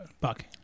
Buck